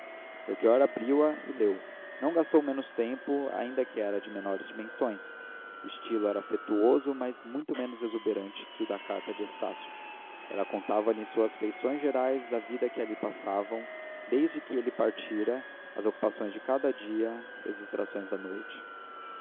mesmo melchior abriu-a e leu não gastou menos tempo ainda que era de menores dimensões o estilo era afetuoso mas muito menos exuberante que o da carta de estácio ela contava-lhe em suas feições gerais a vida que ali passavam desde que ele partira as ocupações de cada dia e as distrações da noite